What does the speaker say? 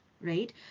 right